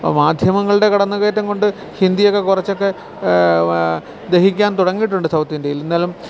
ഇപ്പം മാധ്യമങ്ങളുടെ കടന്നുകയറ്റം കൊണ്ട് ഹിന്ദിയൊക്കെ കുറച്ചൊക്കെ ദഹിക്കാൻ തുടങ്ങിയിട്ടുണ്ട് സൌത്തിന്ത്യയില് എന്നാലും